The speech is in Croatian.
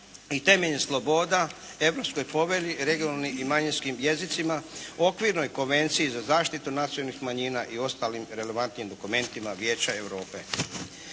i temeljnih sloboda, Europskoj povelji regionalnim i manjinskim jezicima, Okvirnoj konvenciji za zaštitu nacionalnih manjina i ostalim relevantnim dokumentima Vijeća Europe.